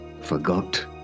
forgot